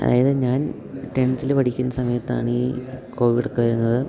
അതായത് ഞാൻ ടെൻത്തിൽ പഠിക്കുന്ന സമയത്താണ് ഈ കോവിഡൊക്കെ വരുന്നത്